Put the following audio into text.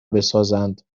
بسازند